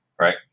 right